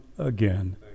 Again